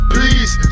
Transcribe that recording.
Please